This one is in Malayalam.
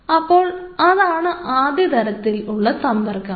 അപ്പോൾ അതാണു ആദ്യ തരത്തിലുള്ള സമ്പർക്കം